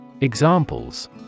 Examples